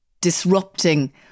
disrupting